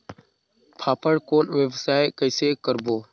फाफण कौन व्यवसाय कइसे करबो?